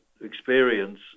experience